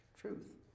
truth